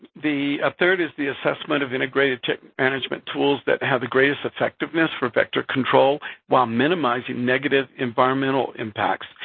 the third is the assessment of integrated tick management tools that have the greatest effectiveness for vector control while minimizing negative environmental impacts-actually,